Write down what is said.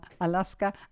Alaska